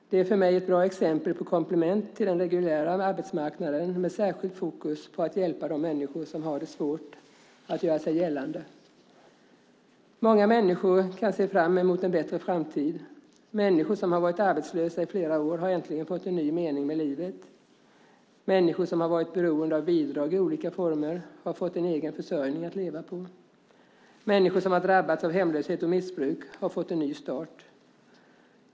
De är för mig ett bra exempel på komplement till den reguljära arbetsmarknaden med särskilt fokus på att hjälpa de människor som har det svårt att göra sig gällande. Många människor kan se fram emot en bättre framtid. Människor som har varit arbetslösa i flera år har äntligen fått en ny mening med livet. Människor som har varit beroende av bidrag i olika former har fått en egen lön och kan försörja sig. Människor som har drabbats av hemlöshet och missbruk har fått en ny start.